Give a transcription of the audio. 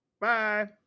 Bye